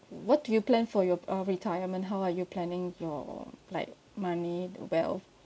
what do you plan for your uh retirement how are you planning your like money wealth